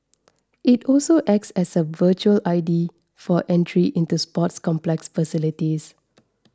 it also acts as a virtual I D for entry into sports complex facilities